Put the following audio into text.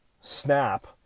snap